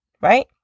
right